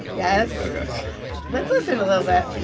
yes ok let's listen a little bit.